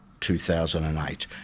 2008